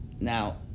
Now